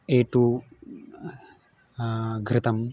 ए टु घृतम्